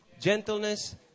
gentleness